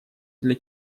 для